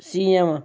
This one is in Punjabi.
ਸੀਆਂ